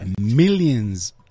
millions